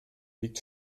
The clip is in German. liegt